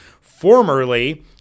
formerly